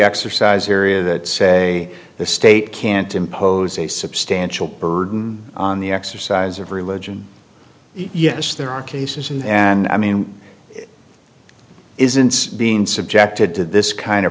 exercise area that say the state can't impose a substantial burden on the exercise of religion yes there are cases in and i mean isn't being subjected to this kind of